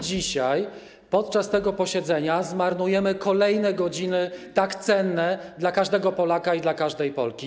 Dzisiaj, podczas tego posiedzenia Sejmu zmarnujemy kolejne godziny, tak cenne dla każdego Polaka i każdej Polki.